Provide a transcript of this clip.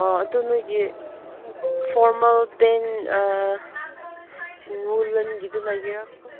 ꯑꯥ ꯑꯗꯨ ꯅꯣꯏꯒꯤ formal pen ꯋꯨꯂꯟꯒꯤꯗꯨ ꯂꯩꯒꯦꯔꯥꯀꯣ